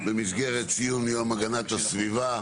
במסגרת סיום יום הגנת הסביבה,